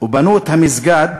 ובנו את המסגד,